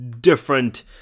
different